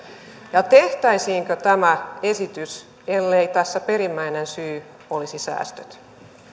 ja tehtäisiinkö tämä esitys ellei tässä perimmäinen syy olisi säästöt